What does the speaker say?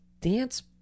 dance